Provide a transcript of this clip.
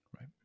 right